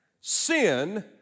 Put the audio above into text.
sin